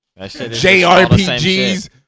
JRPGs